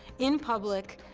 in public,